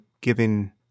giving